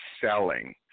selling